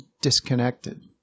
disconnected